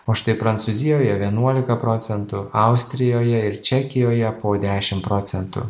o štai prancūzijoje vienuolika procentų austrijoje ir čekijoje po dešim procentų